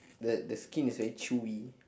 the the skin is very chewy